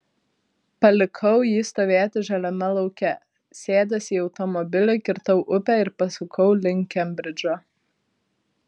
palikau jį stovėti žaliame lauke sėdęs į automobilį kirtau upę ir pasukau link kembridžo